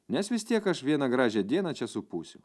nes vis tiek aš vieną gražią dieną čia supūsiu